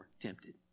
tempted